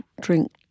drink